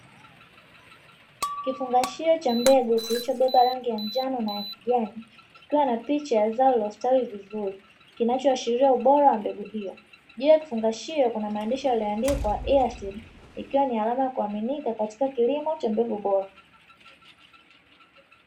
Kifungashio cha mbegu kilichobeba rangi ya njano na ya kijani, kikiwa na picha ya zao lililostawi vizuri kinachoashiria ubora wa mbegu hiyo, juu ya kifungashio kuna maandishi yaliyoandikwa "EASEEDS" ikiwa ni alama ya kuaminika ya katika kilimo cha mbegu bora.